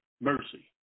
mercy